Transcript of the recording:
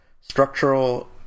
structural